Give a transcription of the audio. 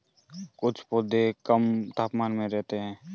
कुछ पौधे कम तापमान में रहते हैं